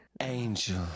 angel